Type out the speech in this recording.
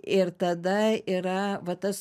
ir tada yra va tas